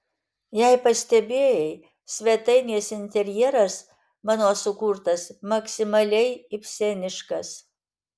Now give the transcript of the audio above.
jei pastebėjai svetainės interjeras mano sukurtas maksimaliai ibseniškas